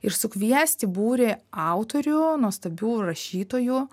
ir sukviesti būrį autorių nuostabių rašytojų